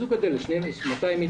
אז הוא גדל ל-200 מיליון.